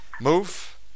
Move